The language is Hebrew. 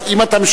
אם אתה,